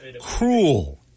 cruel